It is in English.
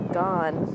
gone